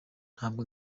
ntabwo